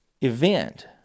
event